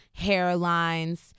hairlines